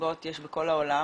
מסיבות יש בכל העולם.